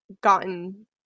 gotten